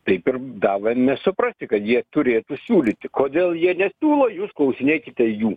taip ir davėme nesuprasti kad jie turėtų siūlyti kodėl jie nesiūlo jūs klausinėkite jų